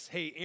Hey